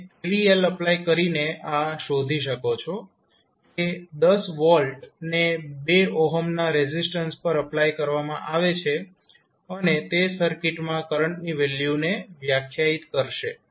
તમે KVL apply કરીને આ શોધી શકો છો કે 10 V ને 2 ના રેઝિસ્ટન્સ પર એપ્લાય કરવામાં આવે છે અને તે સર્કિટમાં કરંટની વેલ્યુને વ્યાખ્યાયિત કરશે